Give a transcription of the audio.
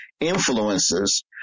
influences